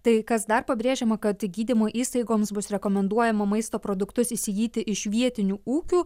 tai kas dar pabrėžiama kad gydymo įstaigoms bus rekomenduojama maisto produktus įsigyti iš vietinių ūkių